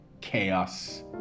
Chaos